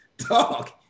dog